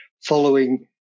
following